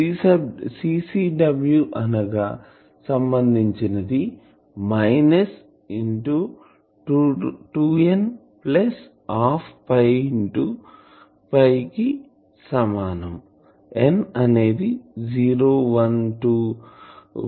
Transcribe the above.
CCW కి సంబందించి 2 n 1 2 కి సమానం n అనేది 012